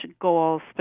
goals